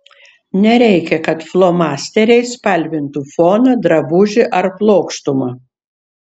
nereikia kad flomasteriais spalvintų foną drabužį ar plokštumą